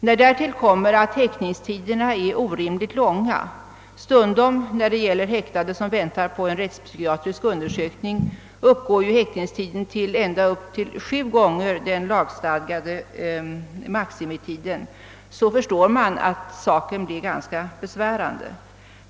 När därtill kommer att häktningstiderna är orimligt långa — studom, när det gäller häktade som väntar på en rättspsykiatrisk undersökning, uppgår häktningstiden till ända upp till sju gånger den lagstadgade maximitiden — förstår man att förhållandena blir ganska besvärande.